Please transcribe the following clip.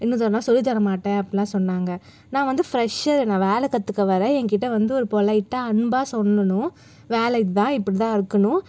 இன்னொரு தடவைலாம் சொல்லி தர மாட்டேன் அப்படிலாம் சொன்னாங்க நான் வந்து ஃபிரஷ்ஷரு நான் வேலை கற்றுக்க வரேன் என்கிட்ட வந்து ஒரு பொலைட்டாக அன்பாக சொல்லணும் வேலை இதுதான் இப்படி தான் இருக்கணும்